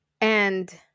and-